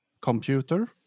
computer